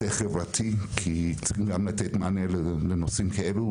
חברתי כי צריכים גם לתת מענה לנושאים כאלו.